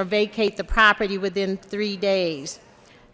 or vacate the property within three days